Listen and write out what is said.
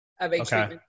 Okay